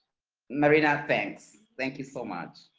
marina, thanks, thank you so much.